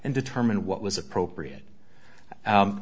and determine what was appropriate